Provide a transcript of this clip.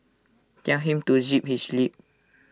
tell him to zip his lip